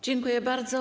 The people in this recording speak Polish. Dziękuję bardzo.